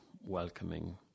welcoming